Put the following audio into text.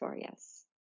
yes